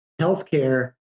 healthcare